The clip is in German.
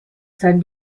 sein